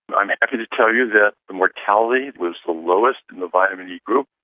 i'm happy to tell you that the mortality was the lowest in the vitamin e group.